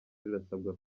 rirasabwa